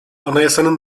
anayasanın